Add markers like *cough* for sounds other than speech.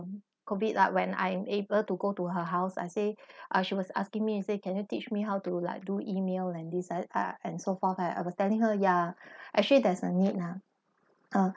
COVID like when I'm able to go to her house I say *breath* she was asking me and say can you teach me how to like do email and this and so forth I was telling her ya *breath* actually there's a need ah uh